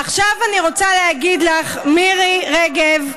עכשיו אני רוצה להגיד לך, מירי רגב: